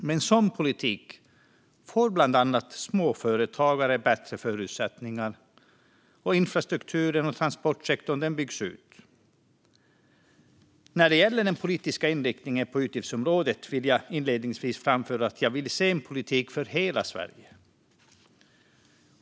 Med en sådan politik får bland annat småföretagare bättre förutsättningar, och infrastrukturen och transportsektorn byggs ut. När det gäller den politiska inriktningen på utgiftsområdet vill jag inledningsvis framföra att jag vill se en politik för hela Sverige.